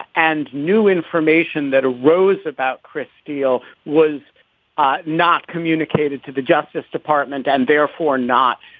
and new information that arose about chris steele was ah not communicated to the justice department and therefore not